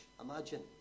imagine